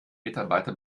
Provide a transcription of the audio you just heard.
mitarbeiter